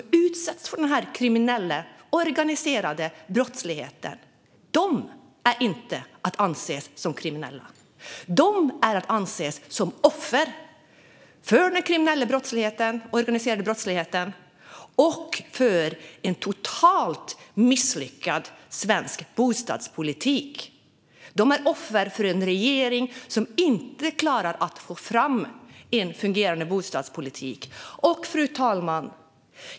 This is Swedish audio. De utsätts för den här kriminella organiserade brottsligheten och ska anses som offer för den och för en totalt misslyckad svensk bostadspolitik. De är offer för en regering som inte klarar av att få fram en fungerande bostadspolitik. Fru talman!